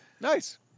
Nice